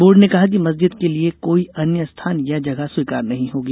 board ने कहा कि मस्जिद के लिए कोई अन्य स्थान या जगह स्वीकार नहीं होगी